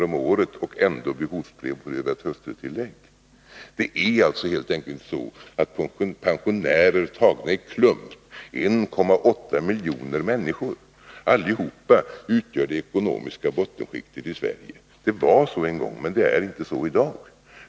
om året, och ändå uppbär de behovsprövat hustrutillägg. Det är helt enkelt inte så att alla pensionärer, som tagna i klump utgör 1,8 miljoner människor, utgör det ekonomiska bottenskiktet i Sverige. Det var så en gång, men det är inte så i dag.